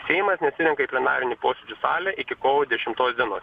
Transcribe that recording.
seimas nesirenka į plenarinių posėdžių salę iki kovo dešimtos dienos